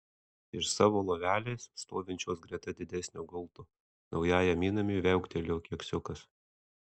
iš savo lovelės stovinčios greta didesnio gulto naujajam įnamiui viauktelėjo keksiukas